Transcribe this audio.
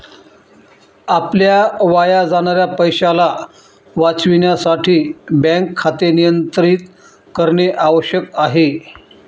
आपल्या वाया जाणाऱ्या पैशाला वाचविण्यासाठी बँक खाते नियंत्रित करणे आवश्यक आहे